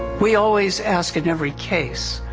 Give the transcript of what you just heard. we always ask in every case,